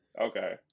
Okay